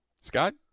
Scott